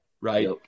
right